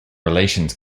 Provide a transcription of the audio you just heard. relations